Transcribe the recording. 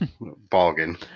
bargain